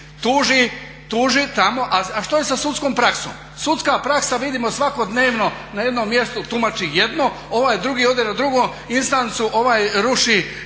tuži, neka tuži. A što je sa sudskom praksom? Sudska praksa vidimo svakodnevno na jednom mjestu tumači jedno, ovaj drugi na drugu instancu, ovaj ruši